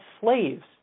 slaves